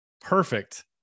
perfect